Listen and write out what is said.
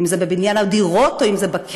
אם זה בבניין דירות או אם זה בקניון,